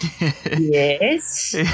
yes